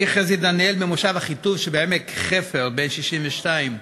אני, חזי דניאל, ממושב אחיטוב שבעמק-חפר, בן 62,